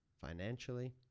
financially